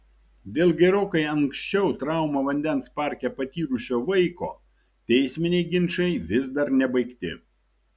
dėl gerokai anksčiau traumą vandens parke patyrusio vaiko teisminiai ginčai vis dar nebaigti